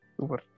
Super